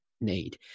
need